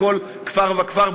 בכל כפר וכפר,